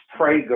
prager